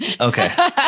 Okay